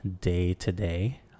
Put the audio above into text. day-to-day